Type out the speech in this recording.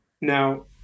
now